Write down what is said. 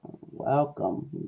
Welcome